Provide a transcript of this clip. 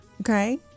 Okay